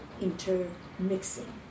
intermixing